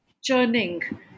Churning